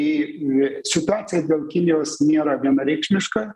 į situacija dėl kinijos nėra vienareikšmiška